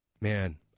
man